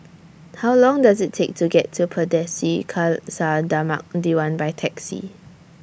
How Long Does IT Take to get to Pardesi Khalsa Dharmak Diwan By Taxi